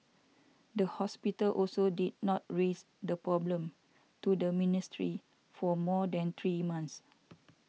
the hospital also did not raise the problem to the ministry for more than three months